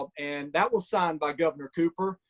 um and that was signed by governor cooper.